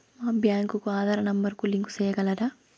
మా బ్యాంకు కు ఆధార్ నెంబర్ కు లింకు సేయగలరా?